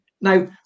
Now